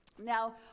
Now